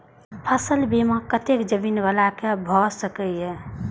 फसल बीमा कतेक जमीन वाला के भ सकेया?